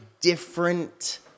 different